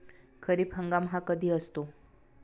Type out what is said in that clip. खरीप हंगाम हा कधी असतो?